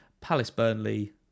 Palace-Burnley